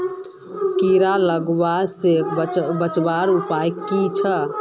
कीड़ा लगवा से बचवार उपाय की छे?